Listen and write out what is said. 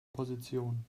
position